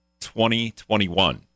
2021